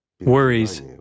worries